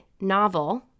novel